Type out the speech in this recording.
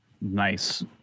Nice